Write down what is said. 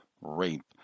rape